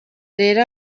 rero